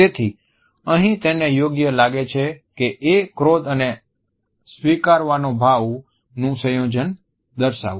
તેથી અહીં તેને યોગ્ય લાગે છે કે એ ક્રોધ અને સ્વીકારવાનો ભાવનુ સંયોજન દર્શાવવું